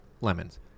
Lemons